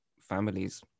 families